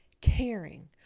caring